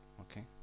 Okay